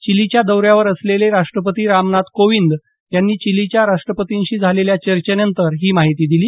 चिलीच्या दौऱ्यावर असलेले राष्ट्रपती रामनाथ कोविंद यांनी चिलीच्या राष्ट्रपतींशी झालेल्या चर्चेनंतर ही माहिती दिली